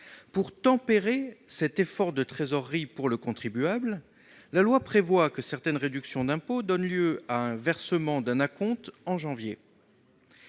Pour tempérer cet effort de trésorerie du contribuable, la loi prévoit que certaines réductions d'impôt donnent lieu au versement d'un acompte en janvier.